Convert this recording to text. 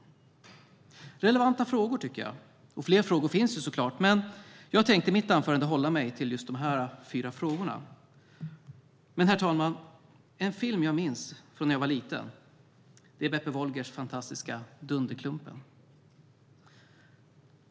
Det är relevanta frågor, och fler frågor finns såklart. Men jag tänker i mitt anförande hålla mig till dessa fyra frågor. Herr talman! En film jag minns från när jag var liten är Beppe Wolgers fantastiska Dunderklumpen !